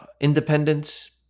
independence